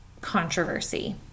controversy